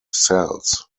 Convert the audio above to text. sells